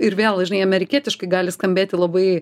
ir vėl žinai amerikietiškai gali skambėti labai